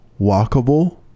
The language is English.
walkable